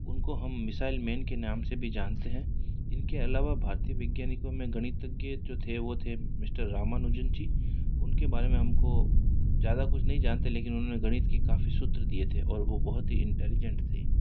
उनको हम missile man के नाम से भी जानते हैं इनके अलावा भारतीय वैज्ञानिको में गणितज्ञ जो थे वो थे मिस्टर रामानुजन जी उनके बारे में हमको ज़्यादा कुछ नहीं जानते लेकिन उन्होंने गणित की काफ़ी सूत्र दिए थे और वो बहुत ही इंटेलिजेंट थे